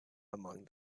among